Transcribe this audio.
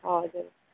हजुर